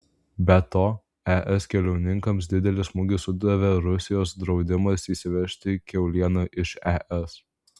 be to es kiaulininkams didelį smūgį sudavė rusijos draudimas įsivežti kiaulieną iš es